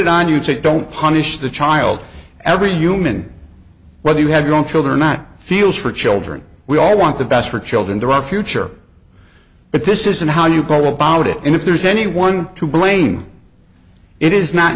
it on you say don't punish the child every human whether you have your own children not feels for children we all want the best for children they're our future but this isn't how you go about it and if there's anyone to blame it is not